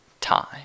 time